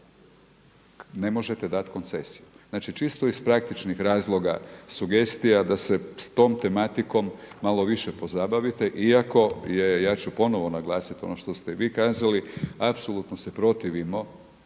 ne možete dati koncesiju. Znači čisto iz praktičnih razloga sugestija da se s tom tematikom malo više pozabavite iako je ja ću ponovo naglasiti ono što ste vi kazali, apsolutno se protivimo